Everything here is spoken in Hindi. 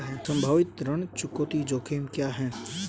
संभावित ऋण चुकौती जोखिम क्या हैं?